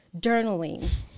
journaling